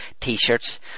t-shirts